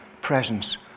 presence